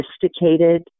sophisticated